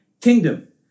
kingdom